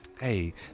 Hey